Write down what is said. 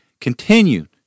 Continued